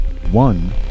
One